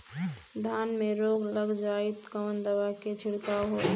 धान में रोग लग जाईत कवन दवा क छिड़काव होई?